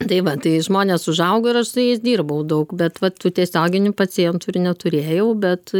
tai va tai žmonės užauga ir aš su jais dirbau daug bet va tų tiesioginių pacientų ir neturėjau bet